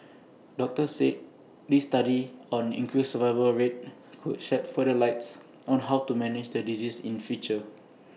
doctors said this study on increased survival rate could shed further lights on how to manage the disease in future